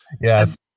Yes